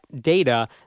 data